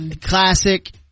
classic